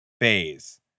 phase